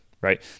right